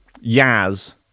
Yaz